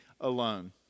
alone